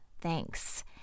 thanks